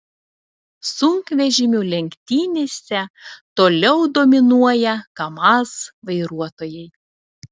sunkvežimių lenktynėse toliau dominuoja kamaz vairuotojai